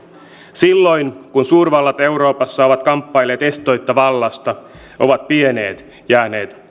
silloin kun suurvallat euroopassa ovat kamppailleet estoitta vallasta ovat pienet jääneet